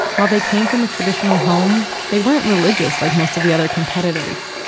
while they came from a traditional home, they weren't religious like most of the other competitors.